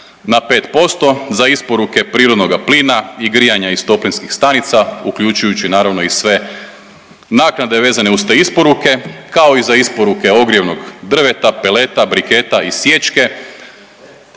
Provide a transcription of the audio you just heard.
na 5% za isporuke prirodnoga plina i grijanja iz toplinskih stanica uključujući naravno i sve naknade vezane uz te isporuke kao i za isporuke ogrjevnog drveta, peleta, briketa i sječke.